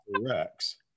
Rex